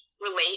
relate